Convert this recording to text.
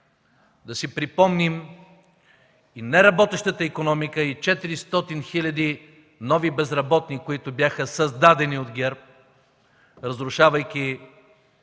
да си припомним и неработещата икономика, и 400 хиляди нови безработни, които бяха създадени от ГЕРБ, разрушавайки